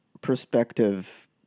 perspective